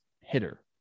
hitter